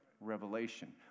Revelation